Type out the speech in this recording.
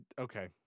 okay